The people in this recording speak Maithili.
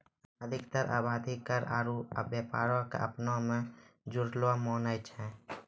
अधिकतर आवादी कर आरु व्यापारो क अपना मे जुड़लो मानै छै